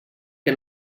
que